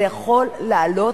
זה יכול לעלות,